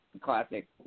classic